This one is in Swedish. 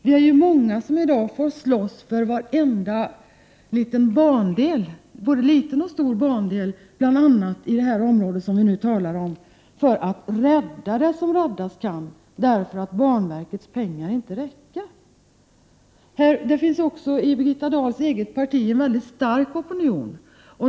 Vi är ju många som i dag slåss för varenda bandel, både liten och stor, bl.a. i det område som vi nu talar om för att rädda det som räddas kan. Därför kan banverkets pengar inte räcka. Det finns också i Birgitta Dahls eget parti en väldigt stark opinion.